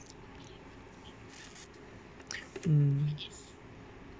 mm